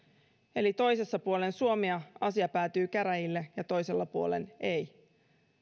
eli toisella puolen suomea asia päätyy käräjille ja toisella puolen ei